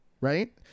right